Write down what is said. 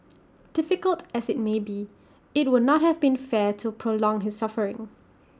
difficult as IT may be IT would not have been fair to prolong his suffering